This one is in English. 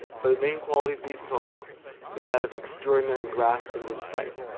but the main quality of these poems is that of extraordinary grasp and insight,